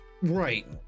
right